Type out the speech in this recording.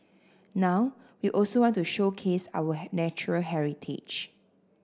now we also want to showcase our natural heritage